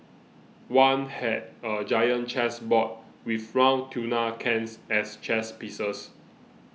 one had a giant chess board with round tuna cans as chess pieces